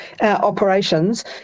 operations